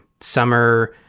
Summer